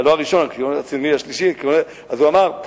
לא הראשון, הקונגרס הציוני השלישי, הוא אמר: